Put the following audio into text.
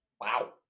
Wow